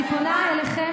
אני פונה אליכם,